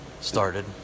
started